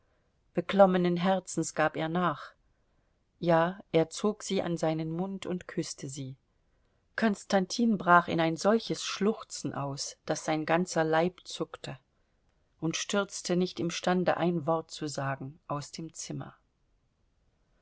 beklommenen herzens gab er nach ja er zog sie an seinen mund und küßte sie konstantin brach in ein solches schluchzen aus daß sein ganzer leib zuckte und stürzte nicht imstande ein wort zu sagen aus dem zimmer